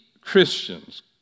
Christians